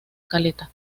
caleta